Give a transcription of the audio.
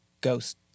Ghost